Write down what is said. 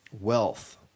wealth